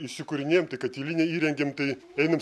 įsikūrinėjam tai katilinę įrengėm tai einam